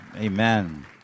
Amen